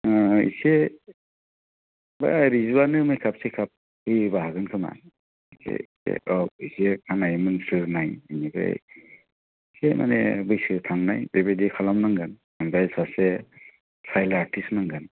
ओह एसे बा रिजुआनो मेखाब थेखाब होयोबा हागोन खोमा एसे से औ एसे खानाय मोनस्रोनाय बिनिफ्राय एसे मानि बैसो थांनाय बेबायदि खालामनांगोन आमफ्राय सासे चाइल्ड आर्टिस नांगोन